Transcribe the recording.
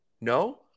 No